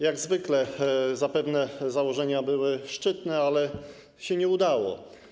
Jak zwykle zapewne założenia były szczytne, ale się nie udało.